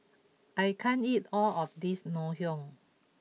I can't eat all of this Ngoh Hiang